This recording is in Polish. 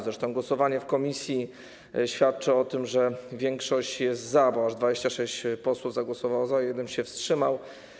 Zresztą głosowanie w komisji świadczy o tym, że większość jest za, bo aż 26 posłów zagłosowało za, jeden poseł się wstrzymał.